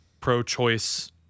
pro-choice